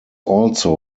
also